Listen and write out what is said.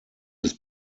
des